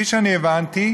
כפי שאני הבנתי,